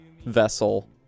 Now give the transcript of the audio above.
vessel